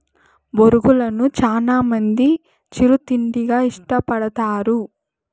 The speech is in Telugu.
బొరుగులను చానా మంది చిరు తిండిగా ఇష్టపడతారు